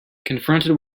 confronted